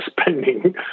spending